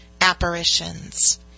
apparitions